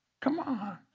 come on.